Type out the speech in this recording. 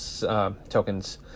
tokens